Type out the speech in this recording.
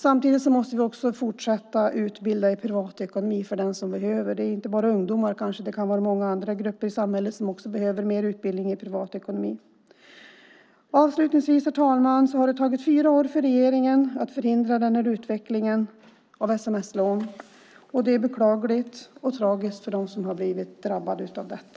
Samtidigt måste vi fortsätta att utbilda i privatekonomi för dem som behöver det. Det gäller inte bara ungdomar utan många andra grupper i samhället som behöver mer utbildning i privatekonomi. Herr talman! Det har avslutningsvis tagit fyra år för regeringen att förhindra denna utveckling av sms-lån. Det är beklagligt och tragiskt för dem som har blivit drabbade av detta.